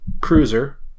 cruiser